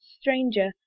stranger